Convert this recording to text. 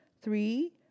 three